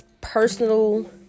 personal